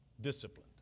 Disciplined